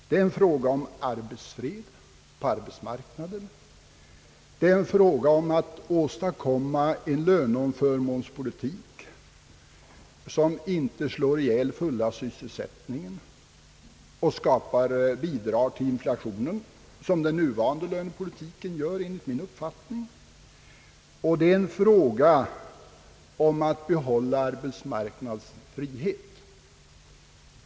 Det är en fråga om fred på arbetsmarknaden, Det är fråga om att åstadkomma en löneoch förmånspolitik, som inte slår ihjäl den fulla sysselsättningen och bidrar till inflationen, vilket den nuvarande lönepolitiken gör, enligt min uppfattning. Det är också en fråga om att behålla arbetsmarknadens frihet.